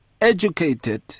educated